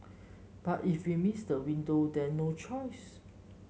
but if we miss the window then no choice